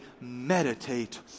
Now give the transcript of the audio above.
meditate